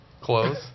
Clothes